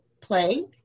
Play